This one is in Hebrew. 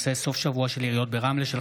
התשפ"ד 2023,